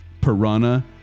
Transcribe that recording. piranha